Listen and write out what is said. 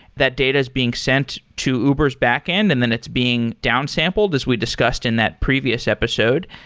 that data is being sent to uber s backend and then it's being downsampled as we discussed in that previous episode.